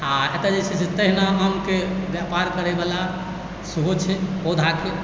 आ एतए जे छै से तहिना आमके व्यापार करय वाला सेहो छै पौधाके